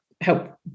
help